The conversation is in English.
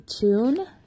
tune